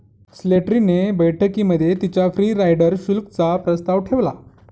Slattery ने बैठकीमध्ये तिच्या फ्री राईडर शुल्क चा प्रस्ताव ठेवला